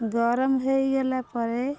ଗରମ ହେଇଗଲା ପରେ